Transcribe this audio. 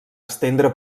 estendre